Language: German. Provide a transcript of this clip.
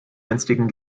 einstigen